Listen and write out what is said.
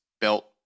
belt